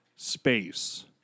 Space